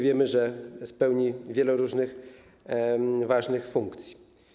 Wiemy, że pełni on wiele różnych ważnych funkcji.